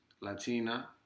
Latina